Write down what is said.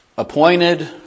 Appointed